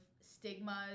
stigmas